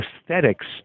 aesthetics